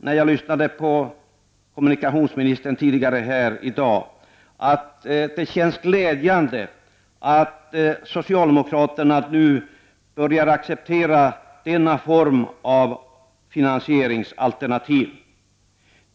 När jag lyssnade till kommunikationsministern tidigare här i dag tyckte jag att det kändes glädjande att socialdemokraterna nu börjar acceptera denna form av finansieringsalternativ.